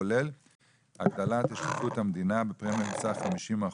כולל --- השתתפות המדינה בפרמיה בסך 50%,